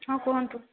ହଁ କୁହନ୍ତୁ